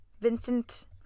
vincent